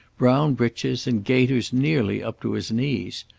brown breeches, and gaiters nearly up to his knees.